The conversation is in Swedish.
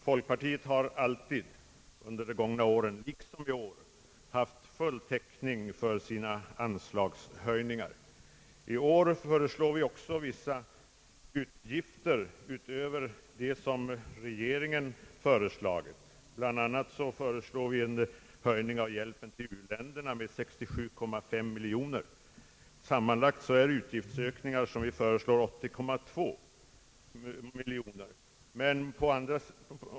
Folkpartiet har alltid under de gångna åren, liksom i år, haft full täckning för sina anslagshöjningar. I år föreslår vi också vissa utgifter utöver dem som regeringen föreslagit. Bland annat föreslår vi en höjning av hjälpen till u-länderna med 67,5 miljoner kronor. De sammanlagda utgiftsökningar vi föreslår belöper sig till 80,2 miljoner kronor.